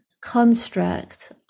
construct